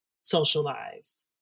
socialized